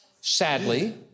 Sadly